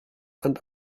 and